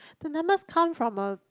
the numbers come from a